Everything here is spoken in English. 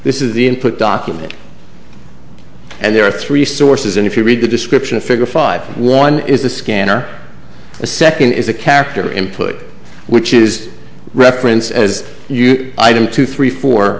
this is the input document and there are three sources and if you read the description of figure five one is the scanner the second is a character input which is reference as you item two three four